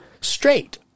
Straight